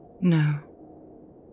No